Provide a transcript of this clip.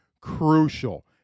crucial